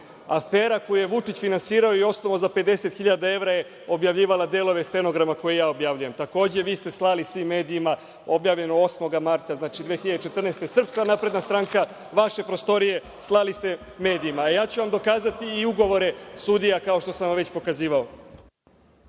„Afera“ koju je Vučić finansirao i osnovao za 50.000 evra je objavljivala delove stenograma koje ja objavljujem. Takođe, vi ste slali svim medijima, objavljeno 8. marta 2014. godine, SNS, vaše prostorije, slali ste medijima. Ja ću vam dokazati i ugovore sudija, kao što sam vam već pokazivao.